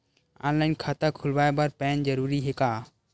Online खाता खुलवाय बर पैन जरूरी हे का?